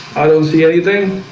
i don't see anything